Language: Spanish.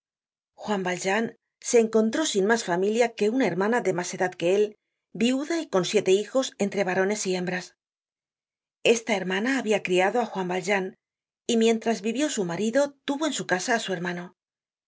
juan valjean se encontró sin mas familia que una hermana de mas edad que él viuda y con siete hijos entre varones y hembras esta hermana habia criado á juan valjean y mientras vivió su marido tuvo en su casa á su hermano